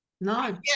no